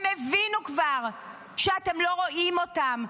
הם כבר הבינו שאתם לא רואים אותם,